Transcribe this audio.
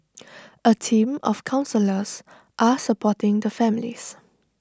A team of counsellors are supporting the families